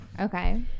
Okay